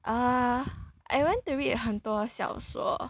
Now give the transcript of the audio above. uh I went to read 很多小说